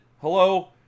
hello